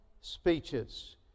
speeches